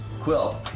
Quill